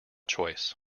choice